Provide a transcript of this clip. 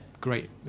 great